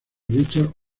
richard